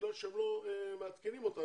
בגלל שהם לא מעדכנים אותנו,